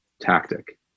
tactic